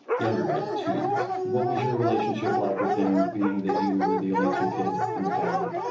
younger by two years. what was your relationship like with him being that you were the only two kids in the family?